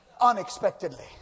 Unexpectedly